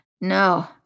no